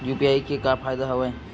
UPI के का फ़ायदा हवय?